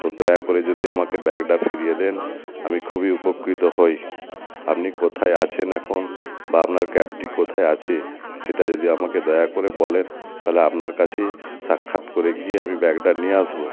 তো দয়া করে যদি আমাকে ব্যাগটা ফিরিয়ে দেন আমি খুবই উপকৃত হই আপনি কোথায় আছেন এখন বা আপনার ক্যাবটি কোথায় আছে সেটা যদি আমাকে দয়া করে বলেন তাহলে আপনার কাছে সাক্ষাৎ করে গিয়ে আমি ব্যাগটা নিয়ে আসবো